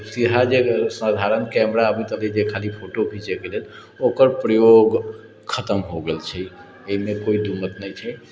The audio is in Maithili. हर जगह साधारण कैमरा कभी कभी खाली फोटो खिञ्चेके लेल ओकर प्रयोग खतम हो गेल छै एहिमे कोइ दू मत नहि छै